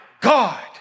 God